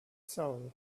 soul